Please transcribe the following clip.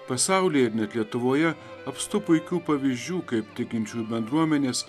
pasaulyje ir net lietuvoje apstu puikių pavyzdžių kaip tikinčiųjų bendruomenės